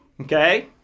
okay